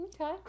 Okay